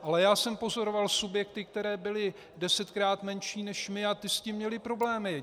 Ale já jsem pozoroval subjekty, které byly desetkrát menší než my, a ty s tím měly problémy.